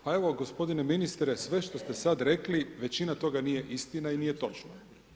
Pa, evo gospodine ministre sve što ste sad rekli većina toga nije istina i nije točno.